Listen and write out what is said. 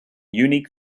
unique